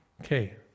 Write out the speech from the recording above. Okay